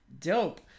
dope